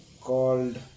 called